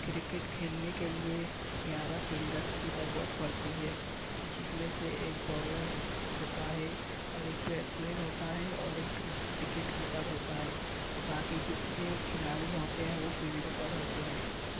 cricket کھیلنے کے لیے گیارہ فیلڈرس کی ضرورت پڑتی ہے جس میں سے ایک بولر ہوتا ہے اور ایک بیٹسمین ہوتا ہے اور ایک وکٹ کیپر ہوتا ہے باقی جتنے کھلاڑی ہوتے ہیں وہ فیلڈ پر ہوتے ہیں